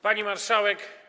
Pani Marszałek!